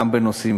גם בנושאים,